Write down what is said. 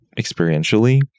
experientially